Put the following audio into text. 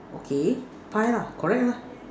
okay pie lah correct lah